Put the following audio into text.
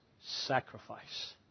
sacrifice